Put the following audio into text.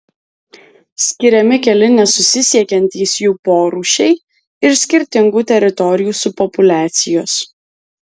skiriami keli nesusisiekiantys jų porūšiai ir skirtingų teritorijų subpopuliacijos